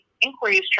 inquiries